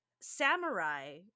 samurai